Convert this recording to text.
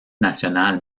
nationale